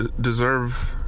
deserve